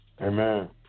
Amen